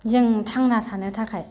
जों थांना थानो थाखाय